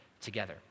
together